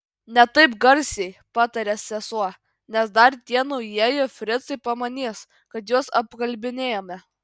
ne taip garsiai patarė sesuo nes dar tie naujieji fricai pamanys kad juos apkalbinėjame